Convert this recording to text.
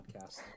podcast